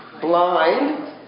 blind